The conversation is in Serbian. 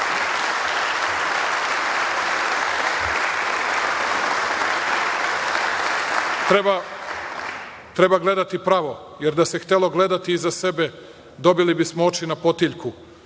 gledati pravo, jer da se htelo gledati iza sebe, dobili bismo oči na potiljku.